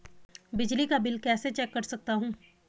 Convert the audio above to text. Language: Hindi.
बिजली का बिल कैसे चेक कर सकता हूँ?